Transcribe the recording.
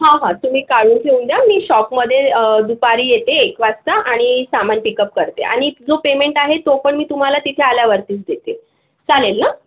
हां हां तुम्ही काढून ठेऊन द्या मी शॉपमध्ये दुपारी येते एक वाजता आणि सामान पिकप करते आणि जो पेमेंट आहे तो पण मी तुम्हाला तिथे आल्यावरतीच देते चालेल ना